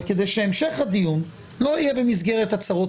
אבל כדי שהמשך הדיון לא יהיה במסגרת הצהרות